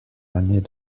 années